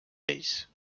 ells